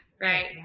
right